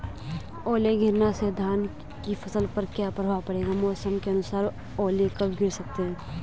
ओले गिरना से धान की फसल पर क्या प्रभाव पड़ेगा मौसम के अनुसार ओले कब गिर सकते हैं?